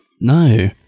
No